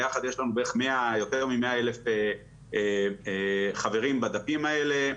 ביחד יש לנו יותר ממאה אלף חברים בדפים האלה.